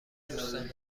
دوستانه